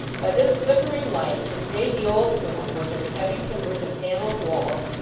by this flickering light, which made the old room, with its heavy timbers and panelled walls,